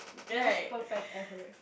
most perfect ever